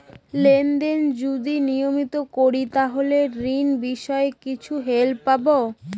Lane দেন যদি নিয়মিত করি তাহলে ঋণ বিষয়ে কিছু হেল্প পাবো?